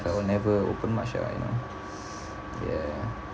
that I'll never open much ah you know ya